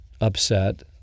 upset